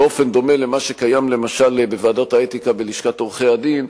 באופן דומה למה שקיים למשל בוועדת האתיקה בלשכת עורכי-הדין,